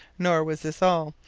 nor was this all.